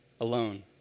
alone